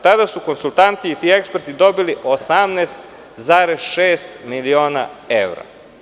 Tada su konsultantski eksperti dobili 18,6 miliona evra.